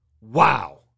Wow